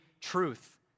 truth